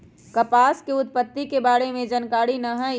कपास के उत्पत्ति के बारे में जानकारी न हइ